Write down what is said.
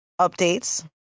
updates